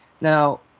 Now